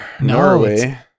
Norway